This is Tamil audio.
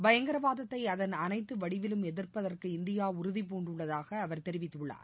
பயங்கரவாதத்தை அதன் அனைத்து வடிவிலும் எதிர்ப்பதற்கு இந்தியா உறுதிபூண்டுள்ளதாக அவர் தெரிவித்துள்ளார்